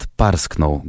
parsknął